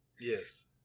Yes